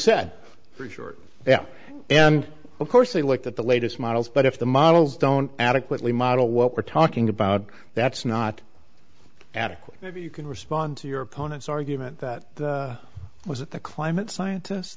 said for sure yeah and of course they looked at the latest models but if the models don't adequately model what we're talking about that's not adequate if you can respond to your opponent's argument that it was that the climate scientists